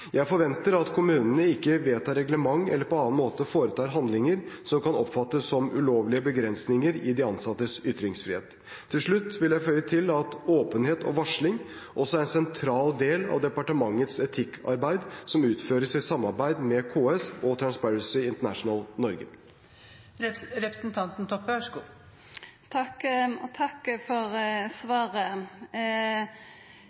Jeg forventer at kommunene ikke vedtar reglement eller på annen måte foretar handlinger som kan oppfattes som ulovlige begrensninger i de ansattes ytringsfrihet. Til slutt vil jeg føye til at åpenhet og varsling også er en sentral del av departementets etikkarbeid som utføres i samarbeid med KS og Transparency International Norge. Eg takkar for svaret. Eg trur at ytringsfridom for